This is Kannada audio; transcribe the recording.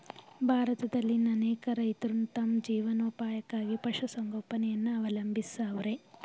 ಭಾರತದಲ್ಲಿನ್ ಅನೇಕ ರೈತ್ರು ತಮ್ ಜೀವನೋಪಾಯಕ್ಕಾಗಿ ಪಶುಸಂಗೋಪನೆಯನ್ನ ಅವಲಂಬಿಸವ್ರೆ